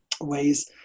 ways